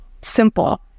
simple